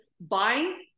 buying